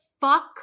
fuck